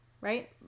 Right